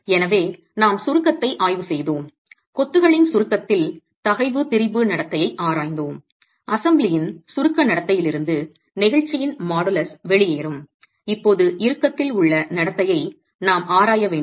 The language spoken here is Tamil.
எனவே நாம் சுருக்கத்தை ஆய்வு செய்தோம் கொத்துகளின் சுருக்கத்தில் தகைவு திரிபு நடத்தையை ஆராய்ந்தோம் அசெம்பிளியின் சுருக்க நடத்தையிலிருந்து நெகிழ்ச்சியின் மாடுலஸ் வெளியேறும் இப்போது இறுக்கத்தில் உள்ள நடத்தையை நாம் ஆராய வேண்டும்